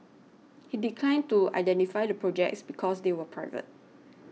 he declined to identify the projects because they were private